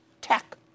Tech